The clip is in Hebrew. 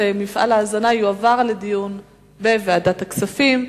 ההזנה יועבר לדיון בוועדת הכספים.